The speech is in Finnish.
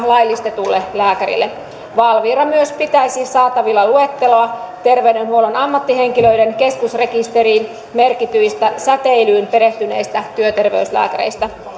laillistetulle lääkärille valvira myös pitäisi saatavilla luetteloa terveydenhuollon ammattihenkilöiden keskusrekisteriin merkityistä säteilyyn perehtyneistä työterveyslääkäreistä